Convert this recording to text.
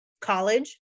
college